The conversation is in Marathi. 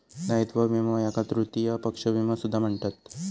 दायित्व विमो याका तृतीय पक्ष विमो सुद्धा म्हणतत